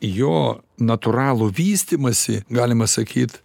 jo natūralų vystymąsi galima sakyt